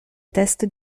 test